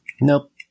Nope